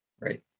Right